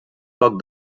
poc